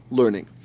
learning